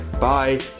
bye